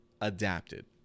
adapted